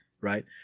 right